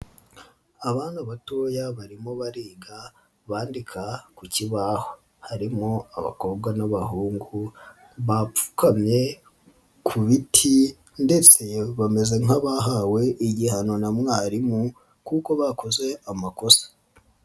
Abana batoya barimo bariga bandika ku kibaho, harimo abakobwa n'abahungu bapfukamye ku biti ndetse bameze nk'abahawe igihano na mwarimu kuko bakoze amakosa.